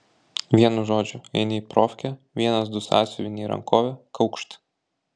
vienu žodžiu eini į profkę vienas du sąsiuviniai į rankovę kaukšt